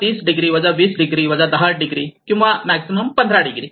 30 degree 20 degree 10 किंवा maximum 15 degree